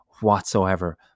whatsoever